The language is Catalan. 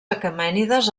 aquemènides